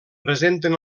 presenten